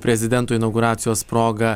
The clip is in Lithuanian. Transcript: prezidento inauguracijos proga